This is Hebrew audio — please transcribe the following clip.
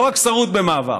לא רק שרות במעבר.